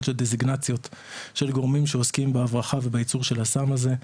של גורמים שעוסקים בהברחה ובייצור של הסם הזה.